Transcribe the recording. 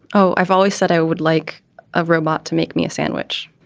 oh, i've always said i would like a robot to make me a sandwich